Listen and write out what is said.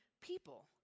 people